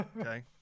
Okay